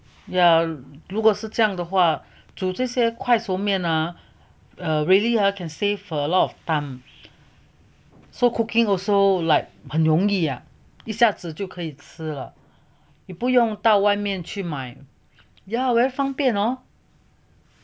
yeah 如果是这样的话煮这些快熟面啊 really can save a lot of time so cooking also like 很容易一下子就可以吃了你不用到外面去买 yeah very 方便 hor